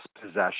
possession